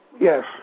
Yes